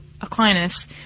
Aquinas